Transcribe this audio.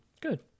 Good